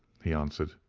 he answered.